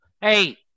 hey